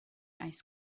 ice